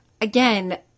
again